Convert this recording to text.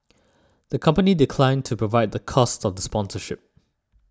the company declined to provide the cost of sponsorship